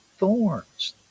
Thorns